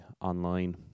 online